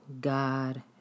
God